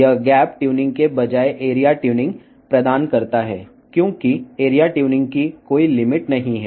ఇది గ్యాప్ ట్యూనింగ్కు బదులుగా ఏరియా ట్యూనింగ్ను అందిస్తుంది ఎందుకంటే ఏరియా ట్యూనింగ్కు పరిమితి లేదు